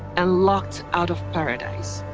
and locked out of paradise.